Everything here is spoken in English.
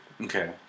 Okay